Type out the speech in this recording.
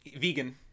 vegan